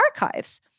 archives